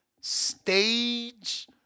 stage